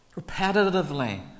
Repetitively